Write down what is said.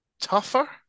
tougher